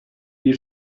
gli